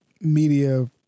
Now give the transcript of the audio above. media